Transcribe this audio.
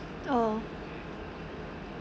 oh